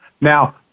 Now